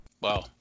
wow